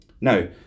Now